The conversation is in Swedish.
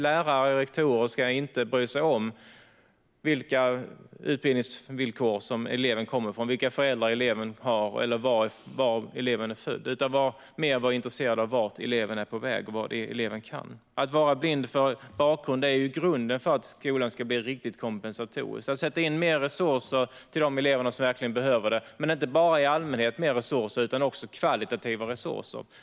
Lärare och rektorer ska inte bry sig om vilka utbildningsvillkor eleven kommer ifrån, vilka föräldrar eleven har eller var eleven är född utan mer vara intresserade av vart eleven är på väg och vad eleven kan. Att vara blind för bakgrund är grunden för att skolan ska bli riktigt kompensatorisk. Det ska sättas in mer resurser till de elever som verkligen behöver det, men det ska inte bara vara mer resurser i allmänhet utan kvalitativa resurser.